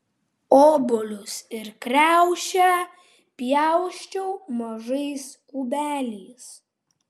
obuolius ir kriaušę pjausčiau mažais kubeliais